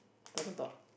dot dot dot